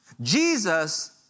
Jesus